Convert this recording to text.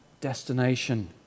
destination